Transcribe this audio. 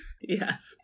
Yes